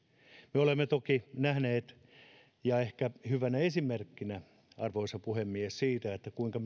me olemme toki nähneet ja ehkä hyvänä esimerkkinä siitä arvoisa puhemies kuinka